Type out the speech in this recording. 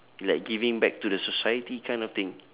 like giving back to the society kind of thing